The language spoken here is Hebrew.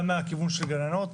גם מהכיוון של גננות.